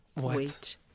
Wait